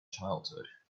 childhood